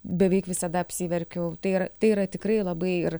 beveik visada apsiverkiu ir tai yra tikrai labai ir